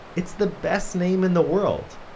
it's the best name in the world.